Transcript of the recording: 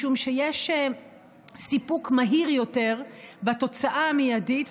משום שיש סיפוק מהיר יותר בתוצאה המיידית,